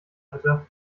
bitte